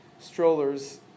strollers